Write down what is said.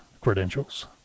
credentials